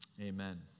Amen